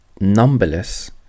numberless